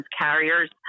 carriers